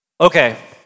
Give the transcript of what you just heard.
Okay